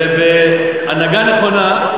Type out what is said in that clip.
ובהנהגה נכונה,